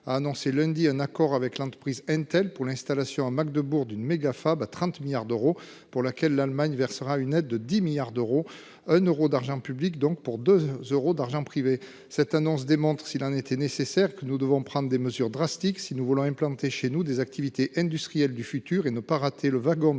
a annoncé lundi un accord avec l'entreprise untel pour l'installation à Magdeburg d'une méga Fab à 30 milliards d'euros pour laquelle l'Allemagne versera une aide de 10 milliards d'euros, un euro d'argent public donc pour 2 euros d'argent privé cette annonce démontre s'il en était nécessaire que nous devons prendre des mesures drastiques. Si nous voulons implanter chez nous des activités industrielles du futur et ne pas rater le wagon de l'industrie